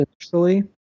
initially